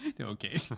okay